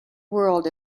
world